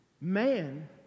man